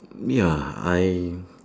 ya I